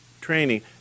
training